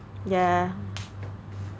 yeah